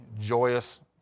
joyous